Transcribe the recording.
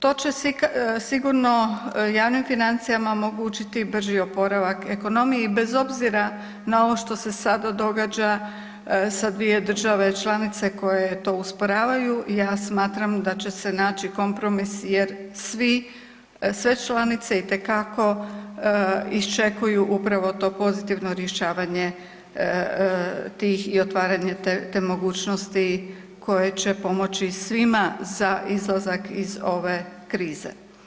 To će sigurno javnim financijama omogućiti brži oporavak ekonomiji bez obzira na ovo što se sada događa sa dvije države članice koje to usporavaju i ja smatram da će se naći kompromis jer sve članice iščekuju upravo to pozitivno rješavanje tih i otvaranje te mogućnosti koje će pomoći svima za izlazak iz ove krize.